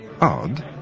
Odd